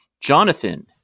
Jonathan